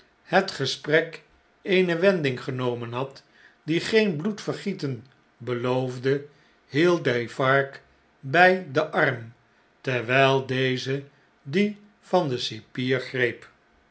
het gesprek eene wending genomen had die geen bloedvergieten beloofde hield defarge bjj den arm terwijl deze dien van den cipier greep